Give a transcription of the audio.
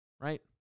Right